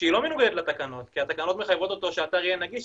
שלא מנוגדת לתקנות כי התקנות מחייבות אותו שהאתר יהיה נגיש,